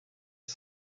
est